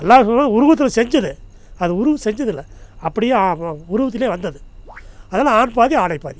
உருவத்தில் செஞ்சது அது உருவம் செஞ்சதில்லை அப்படியே உருவத்திலையே வந்தது அதனால ஆண் பாதி ஆடை பாதி